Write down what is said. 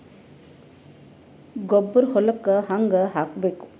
ಗೊಬ್ಬರ ಹೊಲಕ್ಕ ಹಂಗ್ ಹಾಕಬೇಕು?